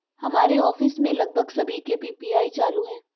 हमारे ऑफिस में लगभग सभी के पी.पी.आई चालू है